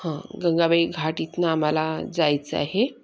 हां गंगाबाई घाट इथून आम्हाला जायचं आहे